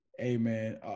Amen